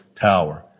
tower